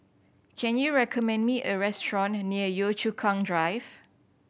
can you recommend me a restaurant near Yio Chu Kang Drive